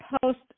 post